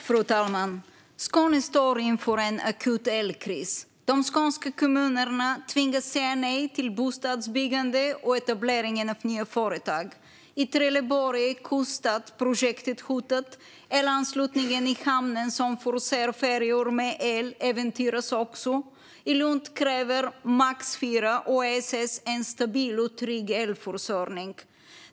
Fru talman! Skåne står inför en akut elkris. De skånska kommunerna tvingas säga nej till bostadsbyggande och etablering av nya företag. I Trelleborg är Kuststadsprojektet hotat. Elanslutningen i hamnen som förser färjor med el äventyras också. I Lund kräver Max IV och ESS en stabil och trygg elförsörjning.